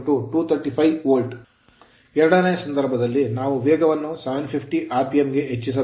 ಎರಡನೇ ಸಂದರ್ಭದಲ್ಲಿ ನಾವು ವೇಗವನ್ನು 750 rpm ಆರ್ ಪಿಎಂ ಗೆ ಹೆಚ್ಚಿಸಬೇಕು